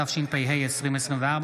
התשפ"ה 2024,